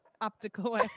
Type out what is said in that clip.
optical